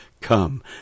come